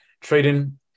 Trading